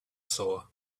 saw